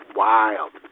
wild